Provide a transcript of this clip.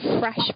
fresh